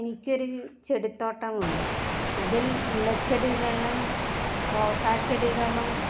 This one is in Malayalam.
എനിക്കൊരു ചെടി തോട്ടമുണ്ട് അതിൽ ഇലച്ചെടികളും റോസാച്ചെടികളും